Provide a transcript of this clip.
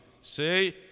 say